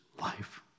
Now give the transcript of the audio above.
life